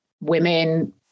women